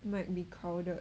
might be crowded